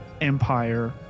Empire